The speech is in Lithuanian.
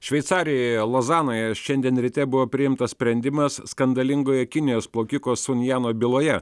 šveicarijoje lozanoje šiandien ryte buvo priimtas sprendimas skandalingojo kinijos plaukiko sun jano byloje